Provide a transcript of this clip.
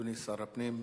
אדוני שר הפנים,